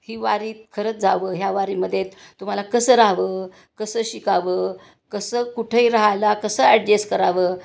ही वारीत खरंच जावं ह्या वारीमध्ये तुम्हाला कसं राहावं कसं शिकावं कसं कुठे राहायला कसं ॲडजेस्ट करावं